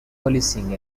policing